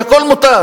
שהכול מותר.